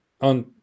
on